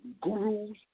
gurus